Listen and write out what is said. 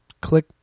click